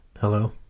Hello